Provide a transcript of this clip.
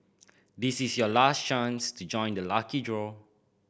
this is your last chance to join the lucky draw